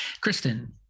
Kristen